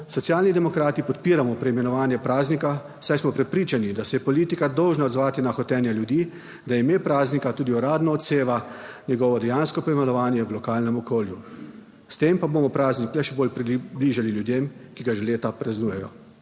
Socialni demokrati podpiramo preimenovanje praznika, saj smo prepričani, da se je politika dolžna odzvati na hotenja ljudi, da ime praznika tudi uradno odseva njegovo dejansko poimenovanje v lokalnem okolju. S tem pa bomo praznik le še bolj približali ljudem, ki ga že leta praznujejo.